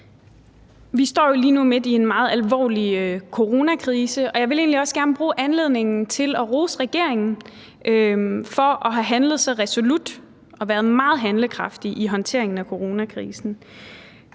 Vi står jo lige nu midt i en meget alvorlig coronakrise, og jeg vil egentlig også gerne bruge anledningen til at rose regeringen for at have handlet resolut og været meget handlekraftig i håndteringen af coronakrisen.